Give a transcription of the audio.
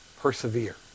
persevere